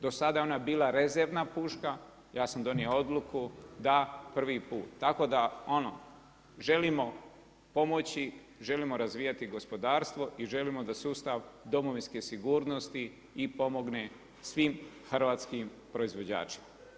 Do sada je ona bila rezervna puška, ja sam donio odluku da prvi put tako da želimo pomoći, želimo razvijati gospodarstvo i želimo da sustav domovinske sigurnosti pomogne svim hrvatskim proizvođačima.